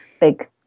big